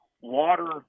water